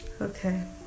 Okay